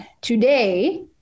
today